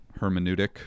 hermeneutic